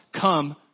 come